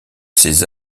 ses